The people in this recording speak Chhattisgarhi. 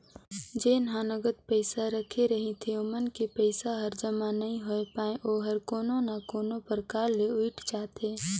जेन ह नगद पइसा राखे रहिथे ओमन के पइसा हर जमा नइ होए पाये ओहर कोनो ना कोनो परकार ले उइठ जाथे